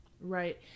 right